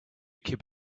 keep